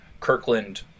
Kirkland—